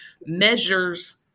measures